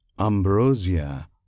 Ambrosia